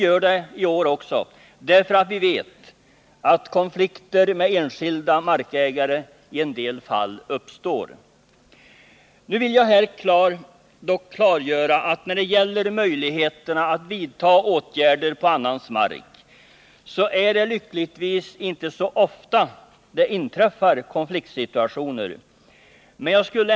Vi vet nämligen att konflikter med enskilda markägare uppstår i en del fall. Jag vill dock klargöra att det, när det gäller möjligheterna att vidta åtgärder på annans mark, lyckligtvis inte uppstår konfliktsituationer så ofta.